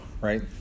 right